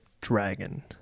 dragon